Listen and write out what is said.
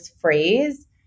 phrase